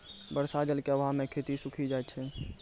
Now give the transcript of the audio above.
बर्षा जल क आभाव म खेती सूखी जाय छै